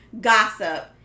gossip